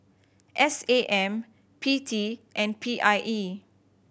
S A M P T and P I E